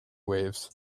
waves